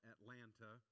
Atlanta